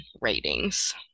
ratings